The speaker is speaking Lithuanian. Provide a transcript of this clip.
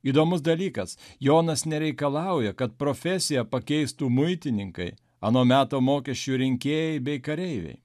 įdomus dalykas jonas nereikalauja kad profesiją pakeistų muitininkai ano meto mokesčių rinkėjai bei kareiviai